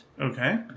Okay